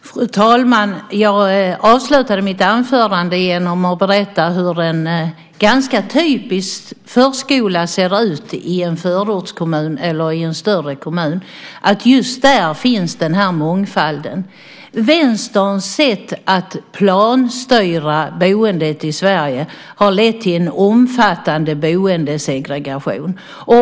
Fru talman! Jag avslutade mitt anförande med att berätta hur en ganska typisk förskola ser ut i en förortskommun eller i en större kommun. Just där finns mångfalden. Vänsterns sätt att planstyra boendet i Sverige har lett till en omfattande boendesegregation.